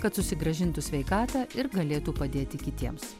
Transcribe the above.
kad susigrąžintų sveikatą ir galėtų padėti kitiems